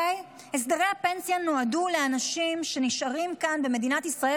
הסדרי הפנסיה נועדו לאנשים שנשארים כאן במדינת ישראל,